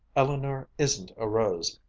eleanor isn't a rose,